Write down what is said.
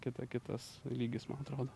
kita kitas lygis man atrodo